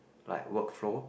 like workflow